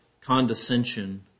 condescension